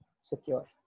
secure